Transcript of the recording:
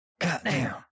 Goddamn